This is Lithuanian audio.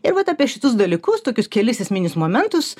ir vat apie šituos dalykus tokius kelis esminius momentus